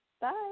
Bye